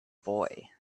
boy